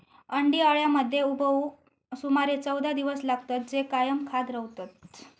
अंडी अळ्यांमध्ये उबवूक सुमारे चौदा दिवस लागतत, जे कायम खात रवतत